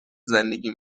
زندگی